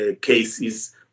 cases